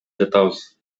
жатабыз